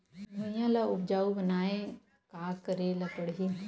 भुइयां ल उपजाऊ बनाये का करे ल पड़ही?